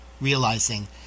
realizing